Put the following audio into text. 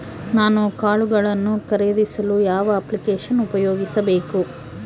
ನಾನು ಕಾಳುಗಳನ್ನು ಖರೇದಿಸಲು ಯಾವ ಅಪ್ಲಿಕೇಶನ್ ಉಪಯೋಗಿಸಬೇಕು?